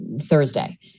thursday